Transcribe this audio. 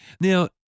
Now